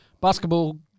Basketball